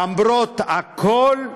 למרות הכול,